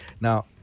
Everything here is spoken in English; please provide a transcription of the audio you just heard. Now